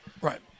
right